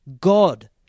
God